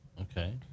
Okay